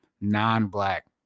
non-black